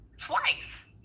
Twice